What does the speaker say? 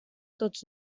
tots